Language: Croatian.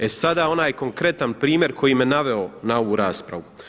E sada, onaj konkretan primjer koji me je naveo na ovu raspravu.